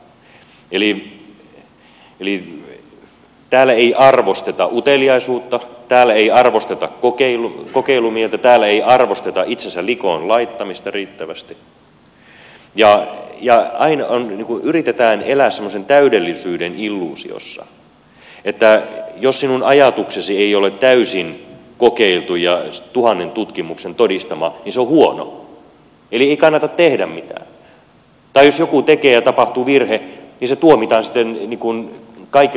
eli täällä ei arvosteta uteliaisuutta täällä ei arvosteta kokeilumieltä täällä ei arvosteta itsensä likoon laittamista riittävästi ja yritetään elää semmoisen täydellisyyden illuusiossa että jos sinun ajatuksesi ei ole täysin kokeiltu ja tuhannen tutkimuksen todistama niin se on huono eli ei kannata tehdä mitään tai jos joku tekee ja tapahtuu virhe niin se tuomitaan sitten kaikilla mahdollisilla tavoilla